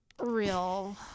Real